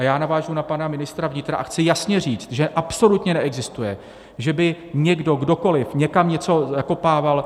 A já navážu na pana ministra vnitra a chci jasně říct, že absolutně neexistuje, že by někdo, kdokoliv, někam něco zakopával.